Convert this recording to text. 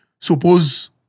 suppose